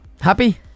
happy